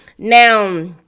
Now